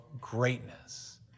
greatness